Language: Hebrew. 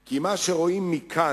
אמר זאת, כי "מה שרואים מכאן,